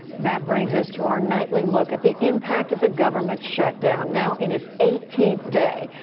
that brings us to our nightly look at the impact of the government shutdown, now in its eighteenth day,